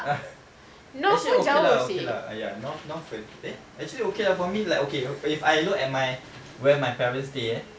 uh actually okay lah okay lah ah ya north north hmm eh actually okay lah for me like okay if I look at my where my parents stay eh